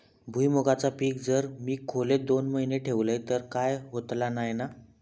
भुईमूगाचा पीक जर मी खोलेत दोन महिने ठेवलंय तर काय होतला नाय ना?